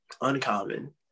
uncommon